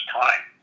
time